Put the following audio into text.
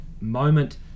moment